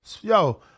Yo